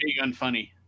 unfunny